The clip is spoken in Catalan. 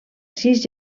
sis